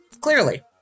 Clearly